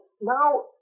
now